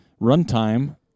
Runtime